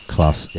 Class